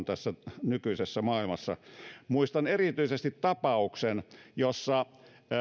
tässä nykyisessä maailmassa on muistan erityisesti tapauksen jossa